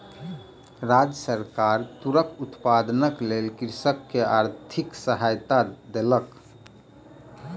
राज्य सरकार तूरक उत्पादनक लेल कृषक के आर्थिक सहायता देलक